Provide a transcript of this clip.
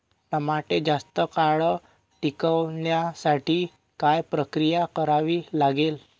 टमाटे जास्त काळ टिकवण्यासाठी काय प्रक्रिया करावी लागेल?